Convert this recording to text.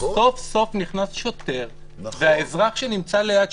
סוף סוף נכנס שוטר והאזרח שנמצא ליד,